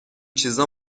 چیزا